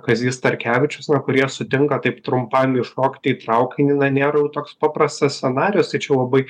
kazys starkevičius na kurie sutinka taip trumpam įšokti į traukinį nėra jau toks paprastas scenarijus tai čia labai